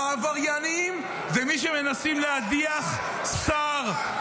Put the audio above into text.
העבריינים הם מי שמנסים להדיח שר.